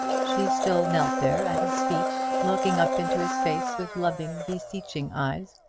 she still knelt there at his feet, looking up into his face with loving, beseeching eyes,